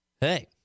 Hey